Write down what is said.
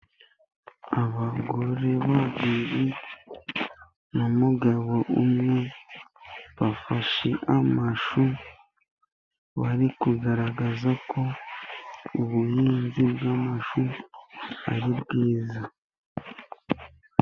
Abagore babiri n'umugabo umwe bafashe amashu. Bari kugaragaza ko ubuhinzi bw'amashu ari bwiza.